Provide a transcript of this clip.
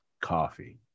coffee